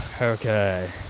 Okay